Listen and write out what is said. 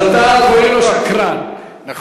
אז אתה קורא לו שקרן, נכון.